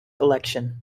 election